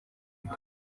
inda